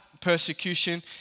persecution